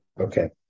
okay